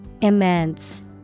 Immense